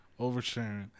Oversharing